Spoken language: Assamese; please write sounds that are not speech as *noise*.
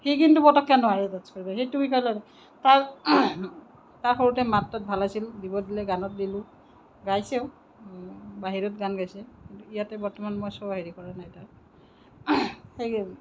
সি কিন্তু পটক্কে নোৱাৰে কেট্চ কৰিব সেইটো শিকালোঁ আৰু তাৰ তাৰ সৰুতে মাত তাত ভাল আছিল দিব দিলে গানত দিলোঁ গাইছেও বাহিৰত গান গাইছে কিন্তু ইয়াতে বৰ্তমান মই শ্ব' হেৰি কৰা নাই তাৰ *unintelligible*